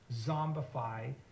zombify